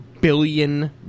billion